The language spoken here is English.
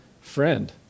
friend